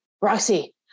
Roxy